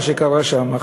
מה שקרה שם.